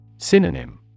Synonym